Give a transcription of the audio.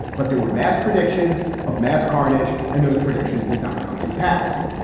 but there were mass predictions of mass carnage and those predictions did not come to pass.